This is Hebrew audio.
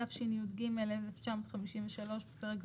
התשי"ג 1953‏ (בפרק זה,